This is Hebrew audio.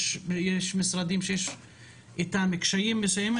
יש משרדים שיש אתם קשיים מסוימים,